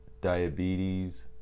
diabetes